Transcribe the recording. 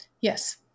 Yes